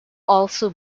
also